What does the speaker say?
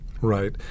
Right